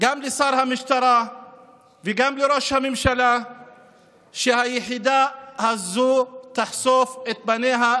גם לשר המשטרה וגם לראש הממשלה שהיחידה הזו תחשוף את פניה,